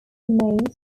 remains